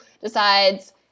decides